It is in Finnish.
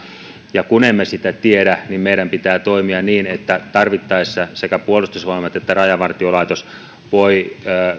ja kun emme sitä tiedä niin meidän pitää toimia niin että tarvittaessa sekä puolustusvoimat että rajavartiolaitos voivat